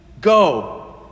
Go